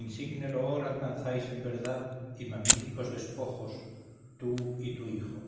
insigne loor alcanzáis en verdad y magníficos despojos tú y tu hijo